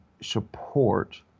support